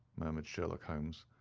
murmured sherlock holmes.